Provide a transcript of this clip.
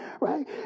right